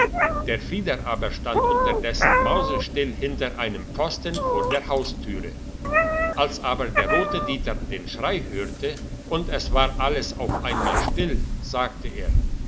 der frieder aber stand unterdessen mausstill hinter einem pfosten vor der haustüre als aber der rote dieter den schrei hörte und es war alles auf einmal still sagte er